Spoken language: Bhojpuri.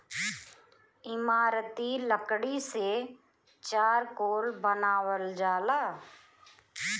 इमारती लकड़ी से चारकोल बनावल जाला